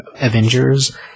Avengers